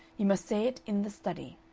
you must say it in the study.